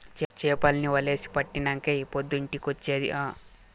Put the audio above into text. చేపల్ని వలేసి పట్టినంకే ఈ పొద్దు ఇంటికొచ్చేది ఆ